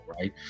right